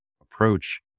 approach